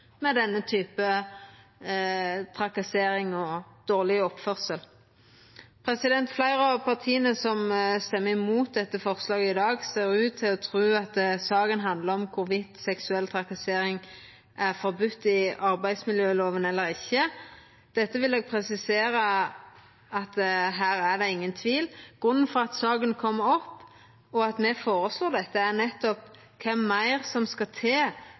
med denne typen trakassering og dårleg oppførsel. Fleire av partia som stemmer imot dette forslaget i dag, ser ut til å tru at saka handlar om i kva grad seksuell trakassering er forbode i arbeidsmiljøloven eller ikkje. Eg vil presisera at her er det ingen tvil. Grunnen til at saka kjem opp, og at me foreslår dette, er nettopp kva meir som skal til